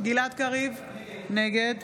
גלעד קריב, נגד